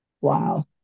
Wow